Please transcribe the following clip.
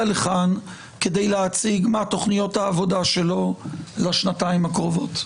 לכאן כדי להציג מה תוכניות העבודה שלו לשנתיים הקרובות.